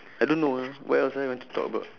I don't know ah what else ah you want to talk about